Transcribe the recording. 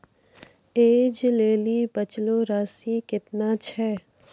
ऐज लेली बचलो राशि केतना छै?